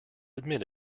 admit